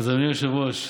אדוני היושב-ראש,